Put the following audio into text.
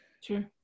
Sure